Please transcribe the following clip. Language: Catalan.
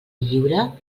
lliure